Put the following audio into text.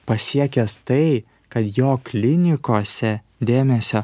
pasiekęs tai kad jo klinikose dėmesio